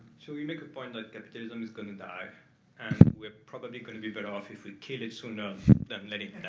so you make a point that capitalism is going to die, and we're probably going to be better off if we kill it sooner than let it